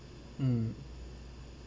mm